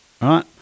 Right